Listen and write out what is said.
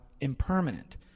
impermanent